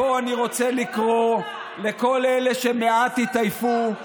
מפה אני רוצה לקרוא לכל אלה שמעט התעייפו,